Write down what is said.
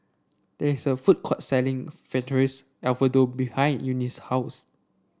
there is a food court selling Fettuccine Alfredo behind Eunice's house